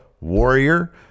Warrior